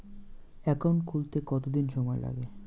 Account খুলতে কতদিন সময় লাগে?